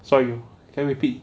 sorry you can repeat